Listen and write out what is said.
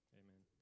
amen